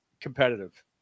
competitive